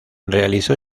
realizó